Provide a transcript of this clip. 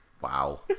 Wow